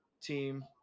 team